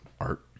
art